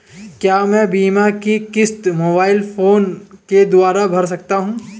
क्या मैं बीमा की किश्त मोबाइल फोन के द्वारा भर सकता हूं?